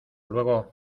luego